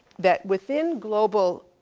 that within global,